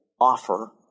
offer